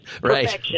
right